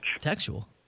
Textual